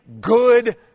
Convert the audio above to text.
good